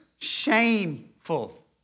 shameful